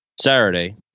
Saturday